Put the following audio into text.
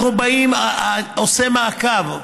אנחנו באים ועושים מעקב.